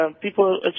people